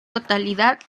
totalidad